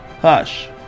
hush